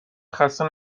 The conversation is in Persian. خسته